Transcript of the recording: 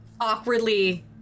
awkwardly